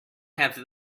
have